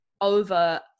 over